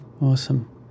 Awesome